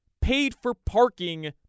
paid-for-parking